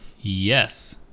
Yes